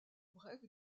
break